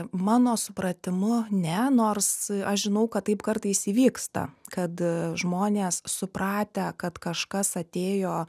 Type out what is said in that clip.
mano supratimu ne nors aš žinau kad taip kartais įvyksta kad žmonės supratę kad kažkas atėjo